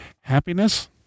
Happiness